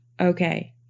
Okay